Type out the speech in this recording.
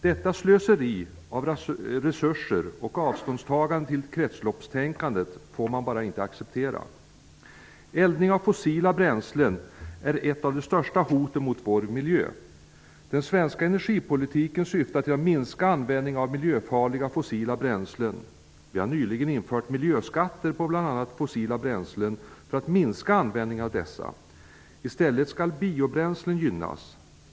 Detta slöseri med resurser och avståndstagande från kretsloppstänkandet får man bara inte acceptera. Eldning av fossila bränslen är ett av de största hoten mot vår miljö. Den svenska energipolitiken syftar till att minska användningen av miljöfarliga fossila bränslen. Vi har nyligen infört miljöskatter på bl.a. fossila bränslen, för att minska användningen av dessa. I stället skall biobränslen gynnas.